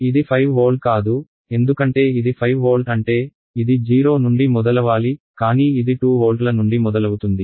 ఇది 5 వోల్ట్ కాదు ఎందుకంటే ఇది 5 వోల్ట్ అంటే ఇది 0 నుండి మొదలవాలి కానీ ఇది 2 వోల్ట్ల నుండి మొదలవుతుంది